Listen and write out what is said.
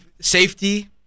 safety